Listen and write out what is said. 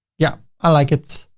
yeah, i like it.